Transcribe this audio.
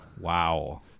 wow